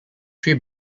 three